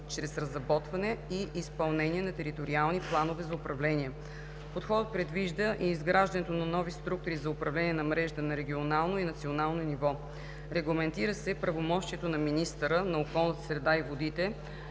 чрез разработване и изпълнение на териториални планове за управление. Подходът предвижда и изграждането на нови структури за управление на мрежата на регионално и национално ниво. Регламентира се правомощието на министъра на околната среда и водите